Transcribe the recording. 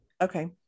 Okay